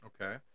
Okay